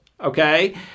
Okay